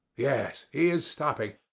yes, he is stopping.